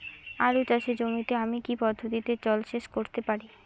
আলু চাষে জমিতে আমি কী পদ্ধতিতে জলসেচ করতে পারি?